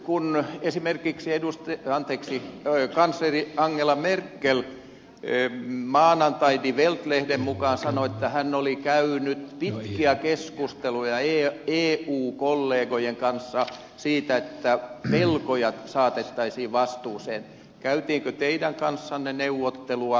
kun esimerkiksi kansleri angela merkel maanantain die welt lehden mukaan sanoi että hän oli käynyt pitkiä keskusteluja eu kollegojen kanssa siitä että velkojat saatettaisiin vastuuseen käytiinkö teidän kanssanne neuvotteluja